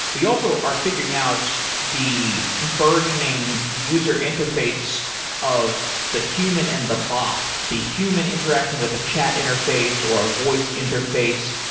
we also are figuring out the burgeoning user interface of the human and the bot. the human interacting with the chat interface, or a voice interface,